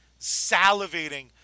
salivating